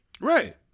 Right